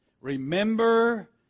Remember